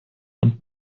und